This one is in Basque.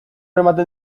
ematen